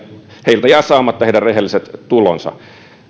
heiltä jäävät saamatta heidän rehelliset tulonsa